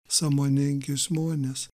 sąmoningi žmonės